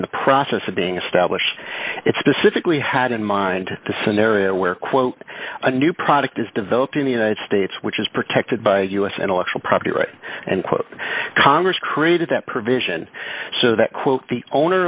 in the process of being established it specifically had in mind the scenario where quote a new product is developed in the united states which is protected by us and election property rights and quote congress created that provision so that quote the owner